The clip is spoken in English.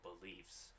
beliefs